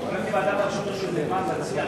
הקמתי ועדה בראשותו של נאמן להציע,